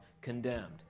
condemned